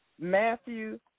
Matthew